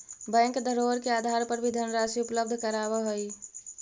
bank धरोहर के आधार पर भी धनराशि उपलब्ध करावऽ हइ